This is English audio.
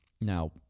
Now